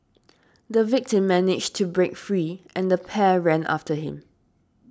the victim managed to break free and the pair ran after him